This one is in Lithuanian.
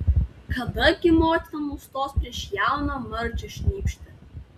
kada gi motina nustos prieš jauną marčią šnypšti